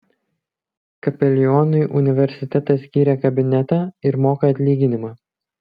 kapelionui universitetas skyrė kabinetą ir moka atlyginimą